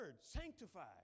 Sanctified